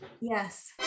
Yes